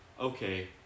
okay